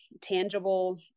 tangible